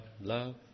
love